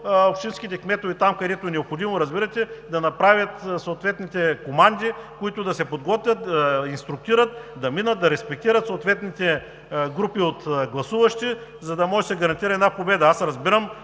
общинските кметове там, където е необходимо, да направят съответните команди, които да се подготвят, инструктират, да минат, да респектират съответните групи от гласуващи, за да може да се гарантира една победа. Аз разбирам